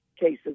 cases